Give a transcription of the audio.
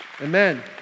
Amen